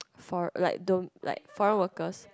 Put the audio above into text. for like th~ like foreign workers